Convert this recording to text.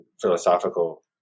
philosophical